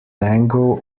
tango